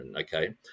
okay